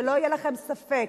שלא יהיה לכם ספק,